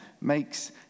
makes